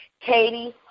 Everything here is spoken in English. Katie